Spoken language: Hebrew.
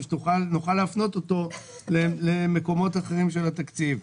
שנוכל להפנות אותו למקומות אחרים בתקציב.